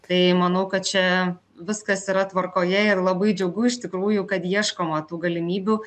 tai manau kad čia viskas yra tvarkoje ir labai džiugu iš tikrųjų kad ieškoma tų galimybių